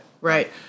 Right